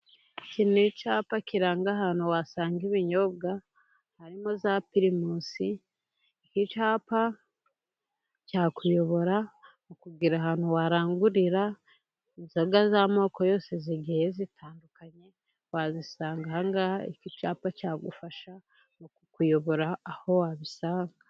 Iki ni icyapa kiranga ahantu wasanga ibinyobwa, harimo za pirimusi, iki cyapa cyakuyobora kikakubwira ahantu warangurira inzoga z'amoko yose, zigiye zitandukanye, wazisanga aha ngaha. Iki cyapa cyagufasha mu kukuyobora aho wabisanga.